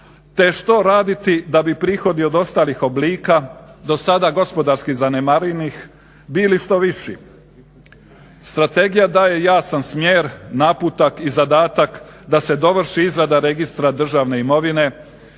te što raditi da bi prihodi od ostalih oblika dosada gospodarski zanemarenih bili što viši. Strategija daje jasan smjer, naputak i zadatak da se dovrši izrada Registra državne imovine